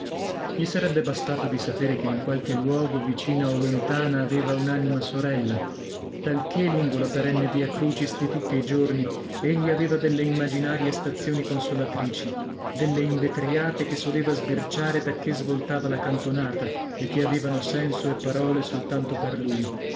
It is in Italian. gli sarebbe bastato di sapere che in qualche luogo vicina o lontana aveva unanima sorella talchè lungo la perenne via crucis di tutti i giorni egli aveva delle immaginarie stazioni consolatrici delle invetriate che soleva sbirciare dacchè svoltava la cantonata e che avevano senso e parole soltanto per lui